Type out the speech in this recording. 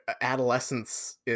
adolescence